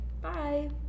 Bye